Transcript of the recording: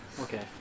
Okay